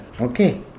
Okay